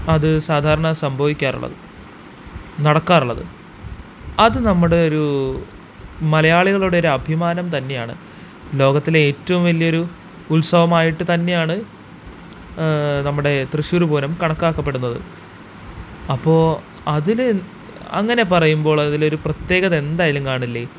അത് സാധാരണ സംഭവിക്കാറുള്ളത് നടക്കാറുള്ളത് അത് നമ്മുടെയൊരു മലയാളികളുടെ ഒരഭിമാനം തന്നെയാണ് ലോകത്തിലെ ഏറ്റവും വലിയൊരു ഉത്സവമായിട്ട് തന്നെയാണ് നമ്മുടെ തൃശൂര്പൂരം കണക്കാക്കപ്പെടുന്നത് അപ്പോള് അങ്ങനെ പറയുമ്പോളതിലൊരു പ്രത്യേകത എന്തായാലും കാണില്ലേ